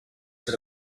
that